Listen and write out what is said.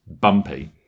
bumpy